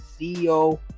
CEO